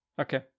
Okay